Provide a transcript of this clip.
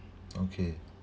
okay